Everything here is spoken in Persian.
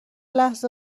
لحظه